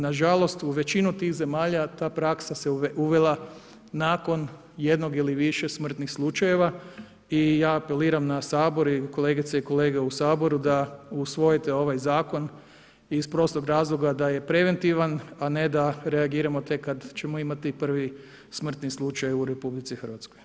Nažalost, u većinu tih zemalja ta praksa se uvela nakon jednog ili više smrtnih slučajeva i ja apeliram na Sabor i kolegice i kolege u Saboru da usvojite ovaj Zakon iz prostog razloga da je preventivan, a ne da reagiramo tek kada ćemo imati prvi smrtni slučaj u RH.